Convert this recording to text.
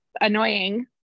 annoying